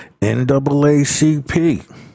NAACP